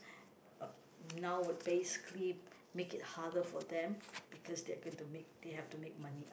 uh now what basically make it harder for them because they're gonna to make they have to make money out